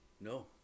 No